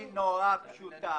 אחר כך לפוצץ את המנהרות,